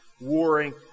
warring